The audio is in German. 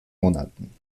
monaten